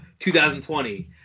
2020